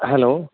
hello